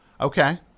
Okay